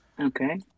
Okay